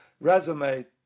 resume